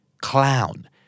Clown